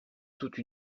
toute